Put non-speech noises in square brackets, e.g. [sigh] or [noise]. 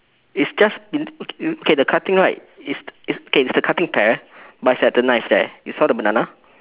it's just [noise] okay the cutting right it's it's K it's the cutting pear but it's at the knife there you saw the banana